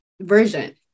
version